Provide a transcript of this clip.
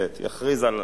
הכנסת יכריז על